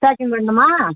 packing பண்ணணுமா